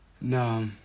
No